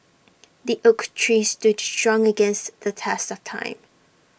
the oak tree stood strong against the test of time